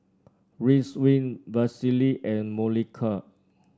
Vagisil and Molicare